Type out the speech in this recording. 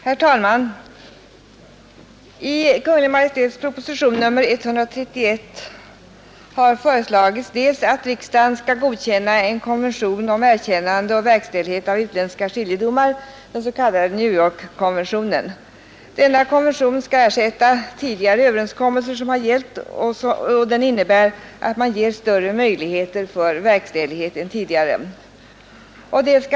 Herr talman! I Kungl. Maj:ts proposition nr 131 har föreslagits att riksdagen skall godkänna en konvention om erkännande och verkställighet av utländska skiljedomar, den s.k. New York-konventionen. Denna konvention skall ersätta tidigare överenskommelse som har gällt, och den innebär att man ger större möjligheter för verkställighet än tidigare.